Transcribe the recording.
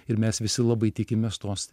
ir mes visi labai tikimės tos